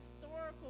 historical